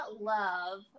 love